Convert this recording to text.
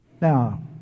Now